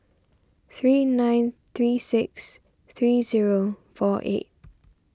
three nine three six three zero four eight